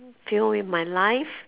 feel with my life